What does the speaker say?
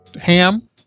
ham